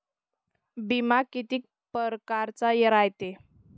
बिमा कितीक परकारचा रायते?